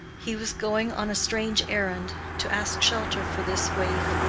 he was going on a strange errand to ask shelter for this waif.